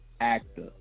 actor